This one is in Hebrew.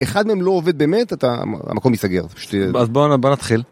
אחד מהם לא עובד באמת אתה המקום יסגר פשוט..אז בוא, בוא נתחיל.